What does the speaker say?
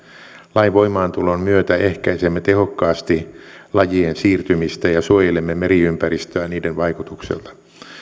lain voimaantulon myötä ehkäisemme tehokkaasti lajien siirtymistä ja suojelemme meriympäristöä niiden vaikutuksilta